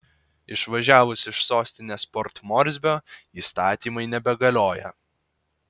išvažiavus iš sostinės port morsbio įstatymai nebegalioja